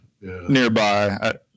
nearby